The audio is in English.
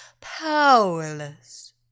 powerless